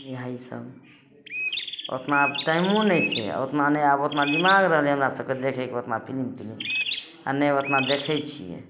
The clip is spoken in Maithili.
इहए सब ओतना आब टाइमो नहि छै आ ओतना नहि आब ओतना दिमाग रहलै हमरा सब कऽ देखै कऽ ओतना फिलिम तिलिम आ नहि ओतना देखै छियै